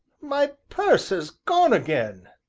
my purse has gone again!